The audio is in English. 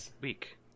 week